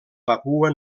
papua